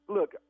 Look